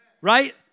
Right